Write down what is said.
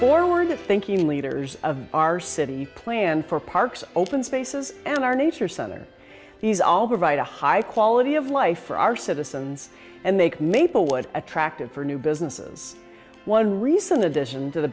forward thinking leaders of our city planned for parks open spaces and our nature center he's all right a high quality of life for our citizens and make maplewood attractive for new businesses one reason addition to the